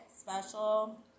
special